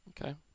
Okay